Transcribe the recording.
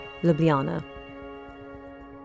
Ljubljana